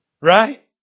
right